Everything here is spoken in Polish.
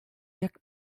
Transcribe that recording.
jak